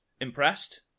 Impressed